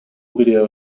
video